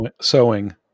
sewing